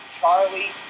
Charlie